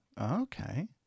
okay